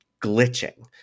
glitching